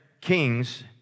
Kings